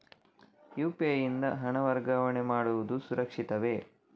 UPI ಯಿಂದ ಹಣ ವರ್ಗಾವಣೆ ಮಾಡುವುದು ಸುರಕ್ಷಿತವೇ?